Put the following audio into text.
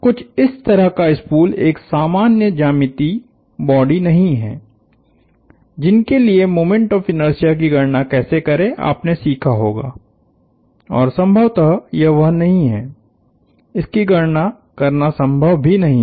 कुछ इस तरह का स्पूल एक सामान्य ज्यामितीय बॉडी नहीं है जिनके लिए मोमेंट ऑफ़ इनर्शिया की गणना कैसे करें आपने सीखा होगा और संभवतः यह वो नहीं है इसकी गणना करना संभव भी नहीं है